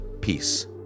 Peace